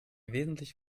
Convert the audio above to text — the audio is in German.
wesentlich